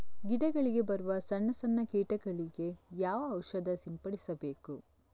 ಗಿಡಗಳಿಗೆ ಬರುವ ಸಣ್ಣ ಸಣ್ಣ ಕೀಟಗಳಿಗೆ ಯಾವ ಔಷಧ ಸಿಂಪಡಿಸಬೇಕು?